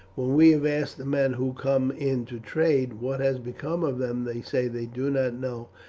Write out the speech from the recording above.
when we have asked the men who come in to trade what has become of them they say they do not know,